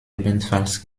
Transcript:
ebenfalls